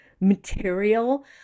material